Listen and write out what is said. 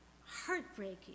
Heartbreaking